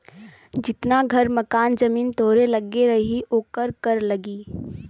जितना घर मकान जमीन तोहरे लग्गे रही ओकर कर लगी